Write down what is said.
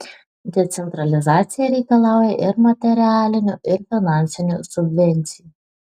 decentralizacija reikalauja ir materialinių ir finansinių subvencijų